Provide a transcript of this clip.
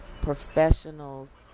professionals